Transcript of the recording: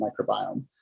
microbiome